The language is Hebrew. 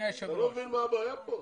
אתה לא מבין מה הבעיה כאן?